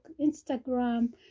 instagram